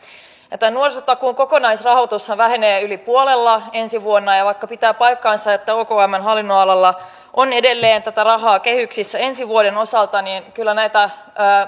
tämän nuorisotakuun kokonaisrahoitushan vähenee yli puolella ensi vuonna ja ja vaikka pitää paikkansa että okmn hallinnonalalla on edelleen tätä rahaa kehyksissä ensi vuoden osalta niin kyllä näitä